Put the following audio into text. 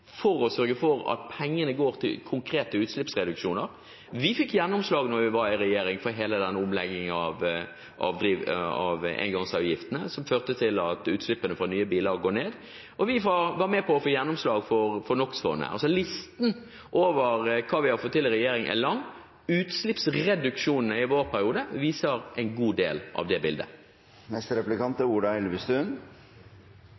for å sørge for at pengene går til konkrete utslippsreduksjoner. Vi fikk gjennomslag, da vi var i regjering, for hele denne omleggingen av engangsavgiftene som førte til at utslippene fra nye biler går ned. Og vi var med på å få gjennomslag for NO X -fondet. Listen over hva vi har fått til i regjering, er lang. Utslippsreduksjonene i vår periode viser en god del av det bildet.